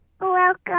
Welcome